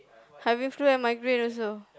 having flu and migraine also